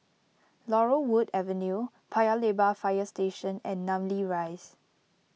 Laurel Wood Avenue Paya Lebar Fire Station and Namly Rise